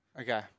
Okay